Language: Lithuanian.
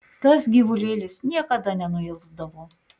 tas gyvulėlis niekada nenuilsdavo